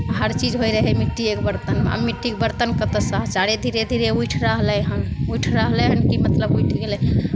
हरचीज होइत रहै मिट्टीएके बरतनमे आब मिट्टीके बरतन कतयसँ धीरे धीरे उठि रहलै हन उठि रहलै हन कि मतलब उठि गेलै